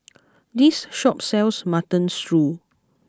this shop sells Mutton Stew